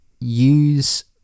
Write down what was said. use